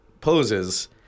poses